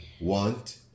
want